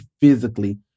physically